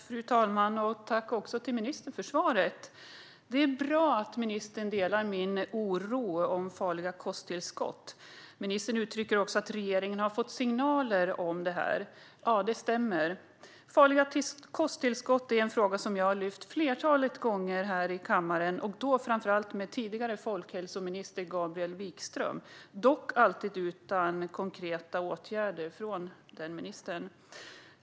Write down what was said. Fru talman! Tack, ministern, för svaret! Det är bra att ministern delar min oro när det gäller farliga kosttillskott. Ministern uttrycker också att regeringen har fått signaler om detta. Det stämmer. Farliga kosttillskott är en fråga som jag har lyft ett flertal gånger här i kammaren, då framför allt med tidigare folkhälsominister Gabriel Wikström - dock alltid utan konkreta åtgärder från nämnde minister.